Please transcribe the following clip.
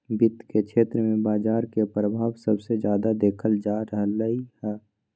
वित्त के क्षेत्र में बजार के परभाव सबसे जादा देखल जा रहलई ह